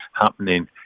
happening